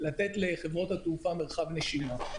לתת לחברות התעופה מרחב נשימה.